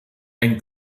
ein